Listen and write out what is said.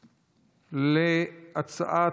נתקבלה.